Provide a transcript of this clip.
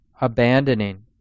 abandoning